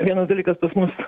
vienas dalykas pas mus